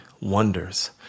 wonders